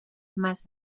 más